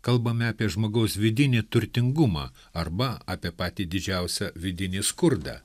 kalbame apie žmogaus vidinį turtingumą arba apie patį didžiausią vidinį skurdą